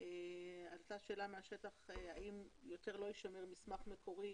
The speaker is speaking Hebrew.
ועלתה שאלה מהשטח, האם יותר לא יישמר מסמך מקורי